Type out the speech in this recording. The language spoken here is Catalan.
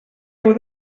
heu